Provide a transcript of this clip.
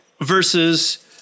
versus